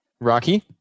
Rocky